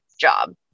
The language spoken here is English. job